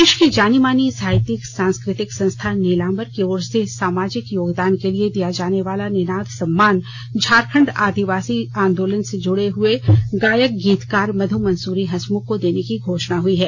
देश की जानीमानी साहित्यिक सांस्कृतिक संस्था नीलांबर की ओर से सामाजिक योगदान के लिए दिया जाने वाला निनाद सम्मान झारखण्ड आदिवासी आंदोलन से जुड़े हुए गायक गीतकार मधु मंसूरी हंसमुख को देने की घोषणा हुई है